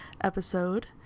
episode